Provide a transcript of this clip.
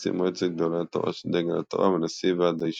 נשיא מועצת גדולי התורה של דגל התורה ונשיא ועד הישיבות.